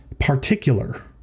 particular